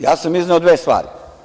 Ja sam izneo dve stvari.